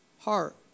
Heart